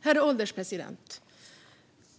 Herr ålderspresident!